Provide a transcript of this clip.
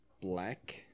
black